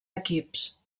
equips